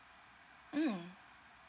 mm